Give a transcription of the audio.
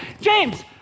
James